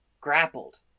grappled